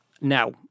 Now